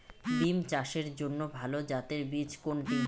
বিম চাষের জন্য ভালো জাতের বীজ কোনটি?